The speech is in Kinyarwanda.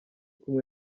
kumwe